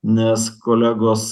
nes kolegos